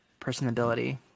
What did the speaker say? personability